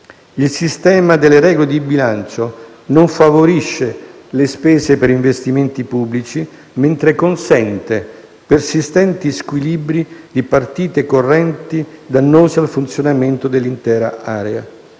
Il sistema delle regole di bilancio non favorisce le spese per investimenti pubblici, mentre consente persistenti squilibri di partite correnti dannose al funzionamento dell'intera area.